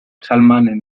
salmanen